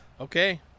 okay